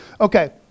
Okay